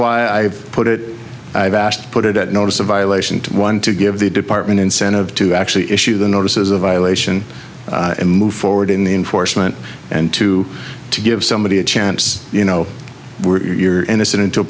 why i've put it i've asked put it at notice a violation to one to give the department incentive to actually issue the notices a violation and move forward in the enforcement and to to give somebody a chance you know were you are innocent until